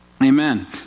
Amen